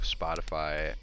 Spotify